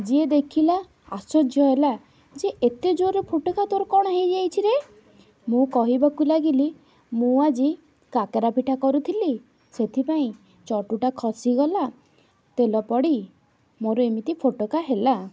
ଯିଏ ଦେଖିଲା ଆଶ୍ଚର୍ଯ୍ୟ ହେଲା ଯେ ଏତେ ଜୋର ଫୋଟକା ତୋର କ'ଣ ହେଇଯାଇଛି ରେ ମୁଁ କହିବାକୁ ଲାଗିଲି ମୁଁ ଆଜି କାକେରା ପିଠା କରୁଥିଲି ସେଥିପାଇଁ ଚଟୁଟା ଖସିଗଲା ତେଲ ପଡ଼ି ମୋର ଏମିତି ଫୋଟକା ହେଲା